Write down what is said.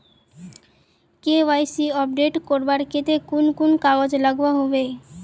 KYC update करवार केते कुन कुन कागज लागोहो होबे?